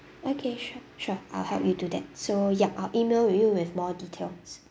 okay sure sure I'll help you do that so yup I'll email will you with more details